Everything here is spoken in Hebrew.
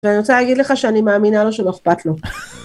ואני רוצה להגיד לך שאני מאמינה לו שלא אכפת לו.